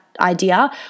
idea